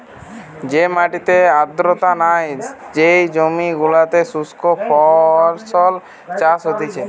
যে মাটিতে আর্দ্রতা নাই, যেই জমি গুলোতে শুস্ক ফসল চাষ হতিছে